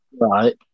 Right